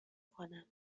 کنم